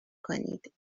کنید